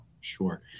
Sure